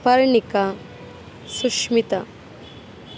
Parnika Sushmita